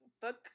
book